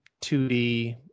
2d